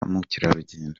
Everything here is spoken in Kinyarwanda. mukerarugendo